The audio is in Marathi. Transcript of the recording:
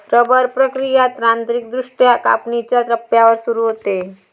रबर प्रक्रिया तांत्रिकदृष्ट्या कापणीच्या टप्प्यावर सुरू होते